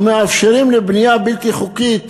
ומאפשרים לבנייה בלתי חוקית